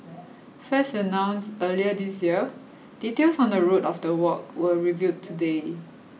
first announced earlier this year details on the route of the walk were revealed today